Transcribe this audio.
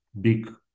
big